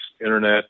internet